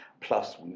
Plus